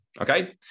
okay